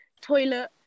toilet